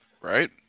Right